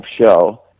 show